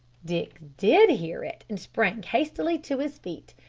dick did hear it, and sprang hastily to his feet,